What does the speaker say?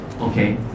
okay